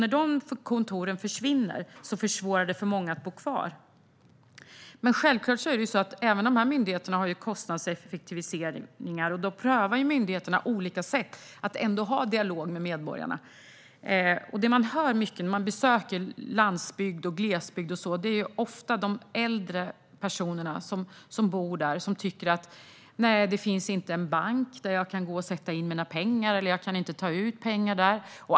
När dessa kontor försvinner försvårar det för många att bo kvar. Även dessa myndigheter måste göra kostnadseffektiviseringar. Då prövar de att på olika sätt ha en dialog med medborgarna. När man besöker landsbygden hör man ofta äldre personer säga: Det finns inte en bank där jag kan sätta in mina pengar, och jag kan inte heller ta ut pengar där.